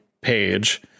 page